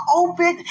open